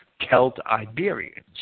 Celt-Iberians